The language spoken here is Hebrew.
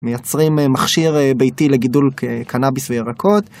מייצרים מכשיר ביתי לגידול קנאביס וירקות.